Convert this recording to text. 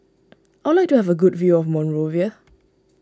I would like to have a good view Monrovia